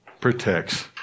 protects